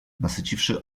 nasyciwszy